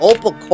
Opal